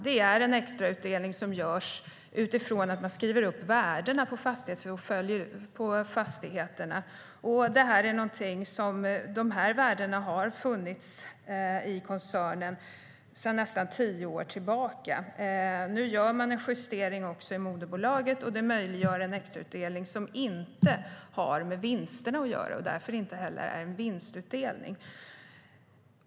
Det görs en extrautdelning utifrån att värdena på fastigheterna skrivs upp. Värdena har gällt i koncernen sedan nästan tio år tillbaka. Nu gör man en justering också i moderbolaget och det möjliggör en extrautdelning som inte har med vinsterna att göra, så därför är det inte heller någon vinstutdelning.